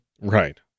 Right